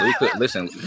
listen